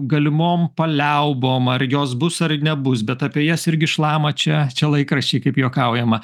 galimom paliaubom ar jos bus ar nebus bet apie jas irgi šlama čia čia laikraščiai kaip juokaujama